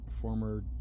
former